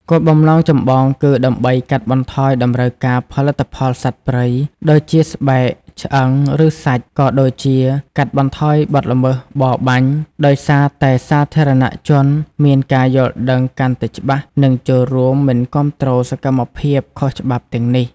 គោលបំណងចម្បងគឺដើម្បី កាត់បន្ថយតម្រូវការផលិតផលសត្វព្រៃ ដូចជាស្បែក ឆ្អឹង ឬសាច់ ក៏ដូចជា កាត់បន្ថយបទល្មើស បរបាញ់ ដោយសារតែសាធារណជនមានការយល់ដឹងកាន់តែច្បាស់ និងចូលរួមមិនគាំទ្រសកម្មភាពខុសច្បាប់ទាំងនេះ។